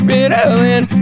Ritalin